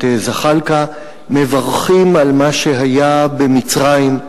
זחאלקה מברכים על מה שהיה במצרים,